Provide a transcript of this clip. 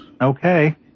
Okay